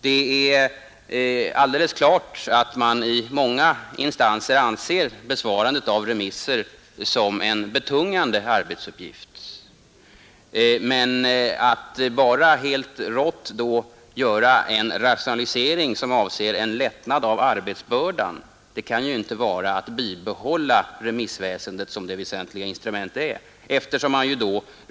Det är alldeles klart att många instanser anser besvarandet av remisser som en betungande arbetsuppgift, men att bara helt rått göra en rationalisering som avser en lättnad av arbetsbördan kan ju innebära att man inte längre bibehåller remissväsendet som det väsentliga instrument det är.